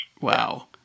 wow